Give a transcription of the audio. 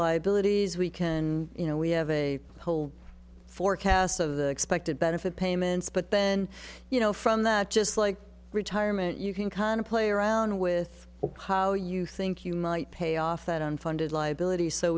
liabilities we can you know we have a whole forecast of the expected benefit payments but then you know from that just like retirement you can kind of play around with how you think you might pay off that unfunded liability so